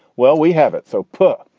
well, we have it so put.